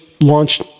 launched